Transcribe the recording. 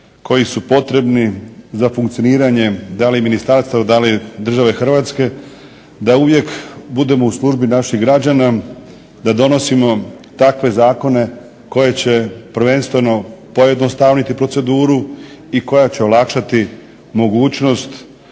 koji su potrebni za funkcioniranje da li ministarstava, da li države Hrvatske da uvijek budemo u službi naših građana, da donosimo takve zakone koje će prvenstveno pojednostavniti proceduru i koja će olakšati mogućnost